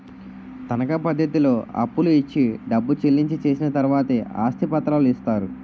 తనకా పద్ధతిలో అప్పులు ఇచ్చి డబ్బు చెల్లించి చేసిన తర్వాతే ఆస్తి పత్రాలు ఇస్తారు